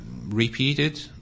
repeated